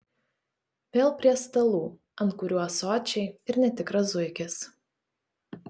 vėl prie stalų ant kurių ąsočiai ir netikras zuikis